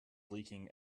leaking